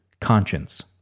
conscience